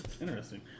interesting